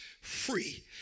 free